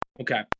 Okay